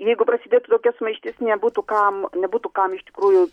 jeigu prasidėtų tokia sumaištis nebūtų kam nebūtų kam iš tikrųjų